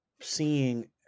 seeing